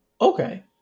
okay